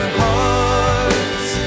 hearts